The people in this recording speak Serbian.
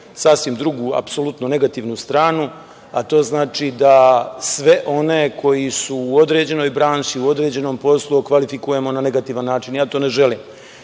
sasvim drugu, apsolutno negativnu stranu, a to znači da sve one koji su u određenoj branši, u određenom poslu, okvalifikujemo na negativan način. Ja to ne želim,